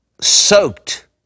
soaked